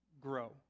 grow